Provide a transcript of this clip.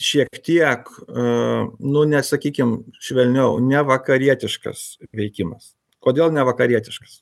šiek tiek a nu ne sakykim švelniau nevakarietiškas veikimas kodėl nevakarietiškas